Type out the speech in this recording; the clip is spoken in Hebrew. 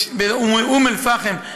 באום אלפחם,